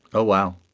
oh, wow.